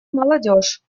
молодежь